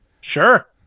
Sure